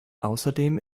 außerdem